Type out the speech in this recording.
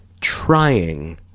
trying